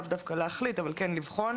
לאו דווקא להחליט, אבל כן לבחון.